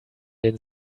den